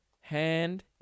hand